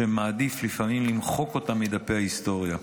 שמעדיף לפעמים למחוק אותם מדפי ההיסטוריה.